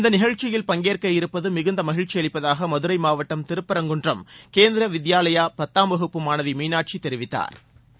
இந்த நிகழ்ச்சியில் பங்கேற்க இருப்பது மிகுந்த மகிழ்ச்சியளிப்பதாக மதுரை மாவட்டம் திருபரங்குன்றம் கேந்திரிய வித்யாலயா பள்ளி பத்தாம் வகுப்பு மாணவி மீனாட்சி தெரிவித்தாா்